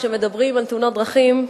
כשמדברים על תאונות דרכים,